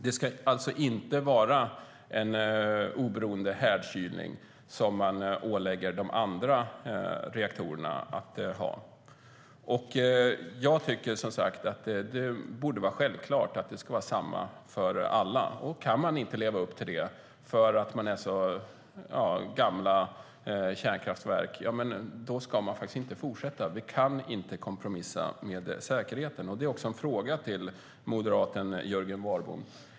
Det ska alltså inte vara en oberoende härdkylning som man ålägger de andra reaktorerna att ha. Det är också en fråga till moderaten Jörgen Warborn.